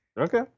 Okay